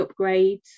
upgrades